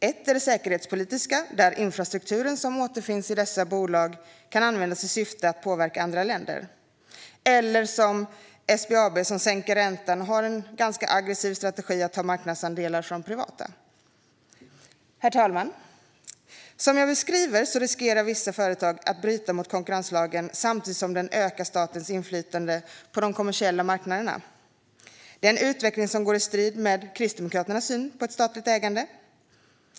Ett är det säkerhetspolitiska, där infrastrukturen som återfinns i dessa bolag kan användas i syfte att påverka andra länder. Vi har också SBAB, som sänker räntan och har en ganska aggressiv strategi för att ta marknadsandelar från det privata. Herr talman! Som jag beskriver riskerar vissa statliga företag att bryta mot konkurrenslagen samtidigt som de ökar statens inflytande på de kommersiella marknaderna. Denna utveckling står i strid med Kristdemokraternas syn på statligt ägande.